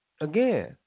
Again